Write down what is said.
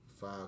Five